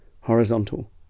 Horizontal